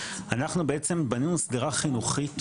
אנחנו בעצם בנינו שדרה חינוכית